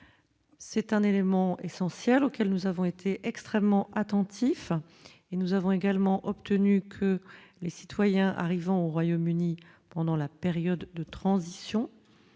c'est un élément essentiel auquel nous avons été extrêmement attentifs et nous avons également obtenu que les citoyens arrivant au Royaume-Uni pendant la période de transition